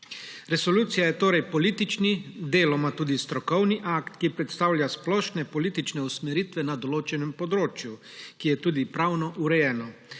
Resolucija je torej politični, deloma tudi strokovni akt, ki predstavlja splošne politične usmeritve na določenem področju, ki je tudi pravno urejeno,